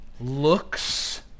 looks